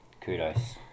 Kudos